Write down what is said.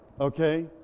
Okay